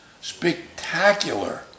spectacular